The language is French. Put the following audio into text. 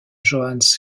johannes